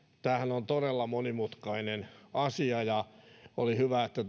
tämähän on todella monimutkainen asia ja oli hyvä että